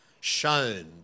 shown